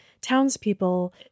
townspeople